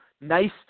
nice